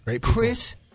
Chris